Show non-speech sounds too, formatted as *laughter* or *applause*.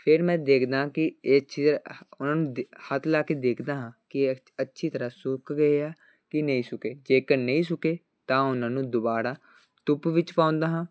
ਫਿਰ ਮੈਂ ਦੇਖਦਾ ਹਾਂ ਕਿ ਇਹ *unintelligible* ਉਹਨਾਂ ਨੂੰ ਹੱਥ ਲਾ ਕੇ ਦੇਖਦਾ ਹਾਂ ਕਿ ਅੱਛੀ ਤਰਾਂ ਸੁੱਕ ਗਏ ਆ ਕਿ ਨਹੀਂ ਸੁਕੇ ਜੇਕਰ ਨਹੀਂ ਸੁਕੇ ਤਾਂ ਉਹਨਾਂ ਨੂੰ ਦੁਬਾਰਾ ਧੁੱਪ ਵਿੱਚ ਪਾਉਂਦਾ ਹਾਂ